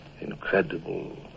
incredible